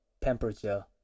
temperature